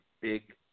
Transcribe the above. big